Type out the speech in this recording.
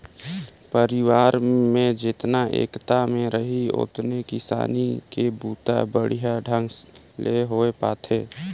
परिवार में जेतना एकता में रहीं ओतने किसानी के बूता बड़िहा ढंग ले होये पाथे